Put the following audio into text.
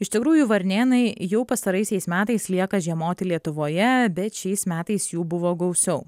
iš tikrųjų varnėnai jau pastaraisiais metais lieka žiemoti lietuvoje bet šiais metais jų buvo gausiau